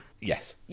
Yes